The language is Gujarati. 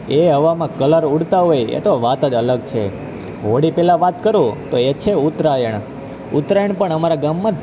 એ હવામાં કલર ઉડતા હોય એ તો વાત જ અલગ છે હોળી પહેલાં વાત કરું તો એ છે ઉત્તરાયણ ઉત્તરાયણ પણ અમારા ગામમાં